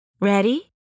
Ready